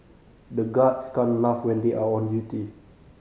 the guards can't laugh when they are on duty